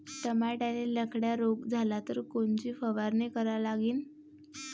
टमाट्याले लखड्या रोग झाला तर कोनची फवारणी करा लागीन?